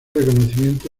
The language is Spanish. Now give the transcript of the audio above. reconocimiento